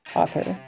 author